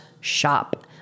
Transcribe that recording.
shop